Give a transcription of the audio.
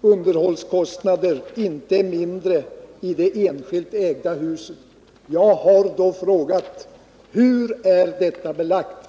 underhållskostnader inte är mindre i de enskilt ägda husen.” Jag har då frågat: Hur är detta belagt?